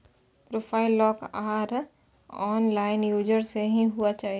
profile lock or unlock user से ही हुआ चाहिए